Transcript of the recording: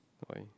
why